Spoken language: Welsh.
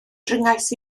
dringais